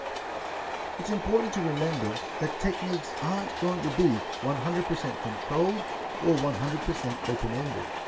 it's important to remember that techniques aren't going to be one hundred percent controlled or one hundred percent open-ended.